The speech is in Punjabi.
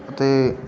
ਅਤੇ